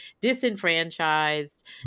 disenfranchised